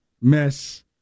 mess